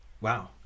wow